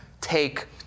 take